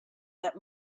that